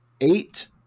eight